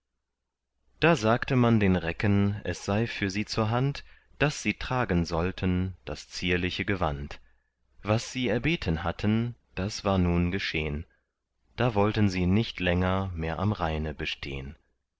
da sagte man den recken es sei für sie zur hand das sie tragen sollten das zierliche gewand was sie erbeten hatten das war nun geschehn da wollten sie nicht länger mehr am rheine bestehn